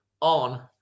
on